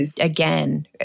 Again